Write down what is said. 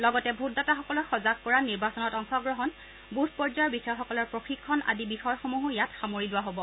লগতে ভোটদাতাসকলক সজাগ কৰা নিৰ্বাচনত অংশগ্ৰহণ বুথ পৰ্যায়ৰ বিষয়াসকলৰ প্ৰশিক্ষণ আদি বিষয়সমূহো ইয়াত সামৰি লোৱা হব